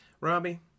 Robbie